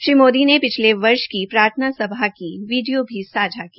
श्री मोदी ने पिछले वर्ष की प्रार्थना सभा की वीडियो भी सांझा की